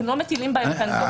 אנחנו לא מטילים בהן כאן דופי.